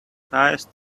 highest